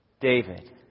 David